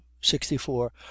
sixty-four